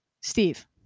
steve